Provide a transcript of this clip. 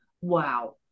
Wow